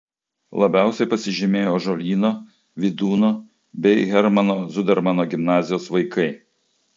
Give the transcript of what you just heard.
labiausiai pasižymėjo ąžuolyno vydūno bei hermano zudermano gimnazijos vaikai